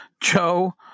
Joe